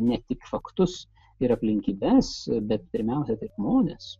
ne tik faktus ir aplinkybes bet pirmiausia tai žmones